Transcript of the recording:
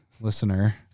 listener